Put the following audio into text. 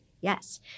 Yes